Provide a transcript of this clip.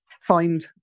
find